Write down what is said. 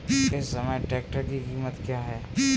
इस समय ट्रैक्टर की कीमत क्या है?